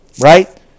Right